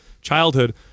childhood